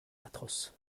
atroces